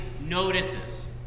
notices